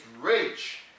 rich